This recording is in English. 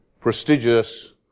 prestigious